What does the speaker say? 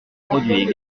produit